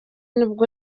nibwo